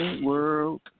World